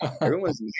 everyone's